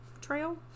trail